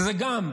שזה גם,